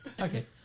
Okay